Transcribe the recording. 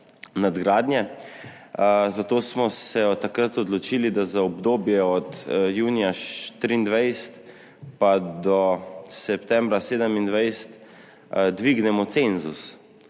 nadgradnje, zato smo se takrat odločili, da za obdobje od junija 2024 pa do septembra 2027 dvignemo cenzus